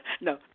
No